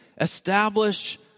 establish